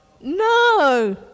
No